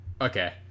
Okay